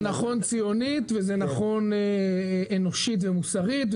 זה נכון ציונית וזה נכון אנושית ומוסרית.